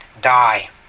die